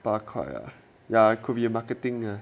八块 ah ya could be a marketing ah